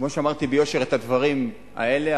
כמו שאמרתי ביושר את הדברים האלה,